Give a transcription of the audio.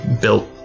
built